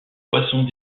poissons